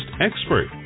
expert